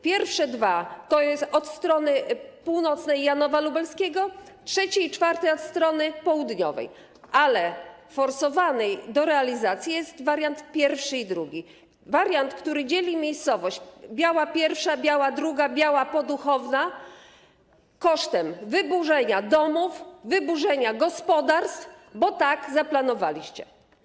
Pierwsze dwa dotyczą obwodnicy od strony północnej Janowa Lubelskiego, trzeci i czwarty - od strony południowej, ale forsowany do realizacji jest wariant pierwszy i drugi, wariant, który dzieli miejscowości Biała Pierwsza, Biała Druga, Biała Poduchowna kosztem wyburzenia domów, wyburzenia gospodarstw, bo tak zaplanowaliście.